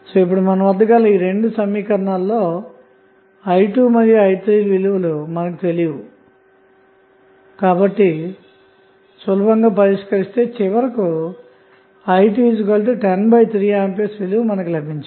ఇప్పుడు మన వద్ద గల ఈ రెండు సమీకరణాలలో i2 మరియు i3 ల విలువలు మనకు తెలియవు కాబట్టి సులభంగా పరిష్కరిస్తే చివరకు i2103A విలువ లభిస్తుంది